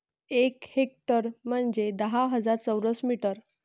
एक हेक्टर म्हंजे दहा हजार चौरस मीटर